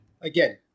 again